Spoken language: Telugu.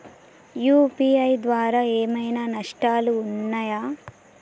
యూ.పీ.ఐ ద్వారా ఏమైనా నష్టాలు ఉన్నయా?